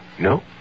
no